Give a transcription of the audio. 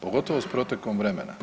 Pogotovo s protekom vremena.